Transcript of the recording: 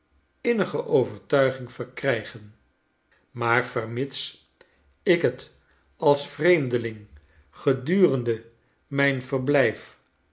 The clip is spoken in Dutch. innige overtuiging verkrijgen maar vermits ik het als vreemdeling gedurende mijn verblijf